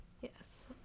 Yes